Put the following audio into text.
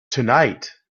tonight